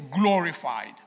glorified